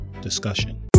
discussion